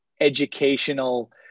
educational